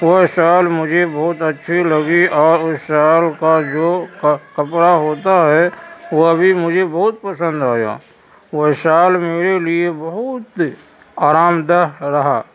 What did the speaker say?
وہ شال مجھے بہت اچھی لگی اور اس شال کا جو کپڑا ہوتا ہے وہ بھی مجھے بہت پسند آیا وہ شال میرے لیے بہت آرام دہ رہا